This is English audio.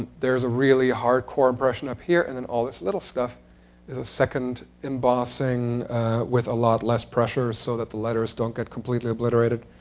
ah there is a really hardcore impression up here, and and all this little stuff is a second embossing with a lot less pressure, so that the letters don't get completely obliterated.